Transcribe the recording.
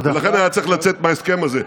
ולכן היה צריך לצאת מההסכם הזה.